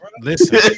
listen